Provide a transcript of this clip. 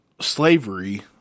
slavery